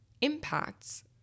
impacts